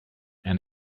and